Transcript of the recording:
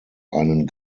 einen